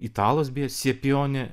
italas beje sepione